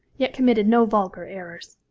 yet committed no vulgar errors.